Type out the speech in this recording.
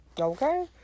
okay